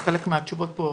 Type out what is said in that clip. לא שמעתי חלק מהתשובות פה,